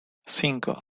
cinco